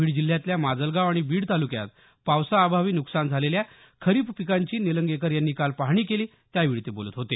बीड जिल्ह्यातल्या माजलगाव आणि बीड तालुक्यात पावसाअभावी नुकसान झालेल्या खरीप पिकांची निलंगेकर यांनी काल पाहणी केली त्यावेळी ते बोलत होते